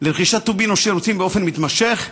לרכישת טובין או שירותים באופן מתמשך,